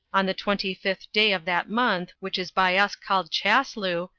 on the twenty-fifth day of that month which is by us called chasleu,